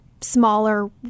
smaller